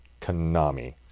Konami